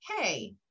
hey